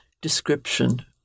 description